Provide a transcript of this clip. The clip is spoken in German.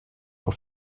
auf